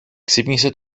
ξύπνησε